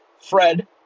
Fred